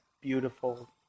beautiful